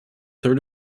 third